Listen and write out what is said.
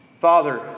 Father